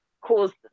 caused